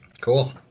Cool